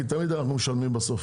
כי תמיד אנחנו משלמים בסוף,